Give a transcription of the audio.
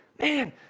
Man